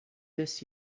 this